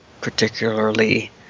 particularly